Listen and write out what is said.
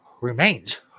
remains